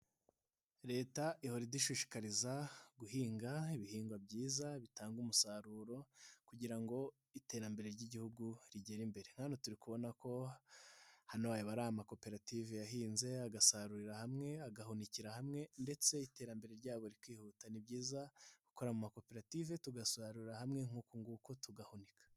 Leta ihora idushishikariza guhinga ibihingwa byiza bitanga umusaruro kugira ngo iterambere ry'igihugu rigere imbere. Hano turi kubona ko hano haba ari amakoperative: yahinze, agasarurira hamwe, agahunikira hamwe ndetse iterambere ryabo rikihuta. Ni byiza gukorera mu makoperative tugasarurira hamwe nk'uku nguku tugahunika.